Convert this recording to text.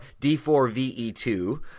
D4VE2